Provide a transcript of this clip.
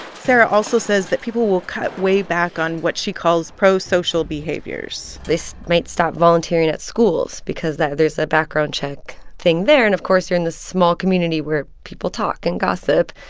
sarah also says that people will cut way back on what she calls prosocial behaviors this might stop volunteering at schools because there's a background check thing there. and, of course, you're in this small community where people talk and gossip.